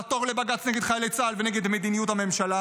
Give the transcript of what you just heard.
לעתור לבג"ץ נגד חיילי צה"ל ונגד מדיניות הממשלה